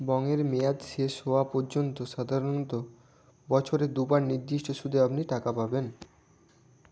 বঙের মেয়াদ শেষ হওয়া পর্যন্ত সাধারণত বছরে দুবার নির্দিষ্ট সুদে আপনি টাকা পাবেন